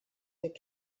der